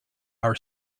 our